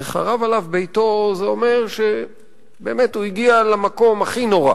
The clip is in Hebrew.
הרי חרב עליו ביתו זה אומר שבאמת הוא הגיע למקום הכי נורא,